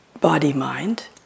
body-mind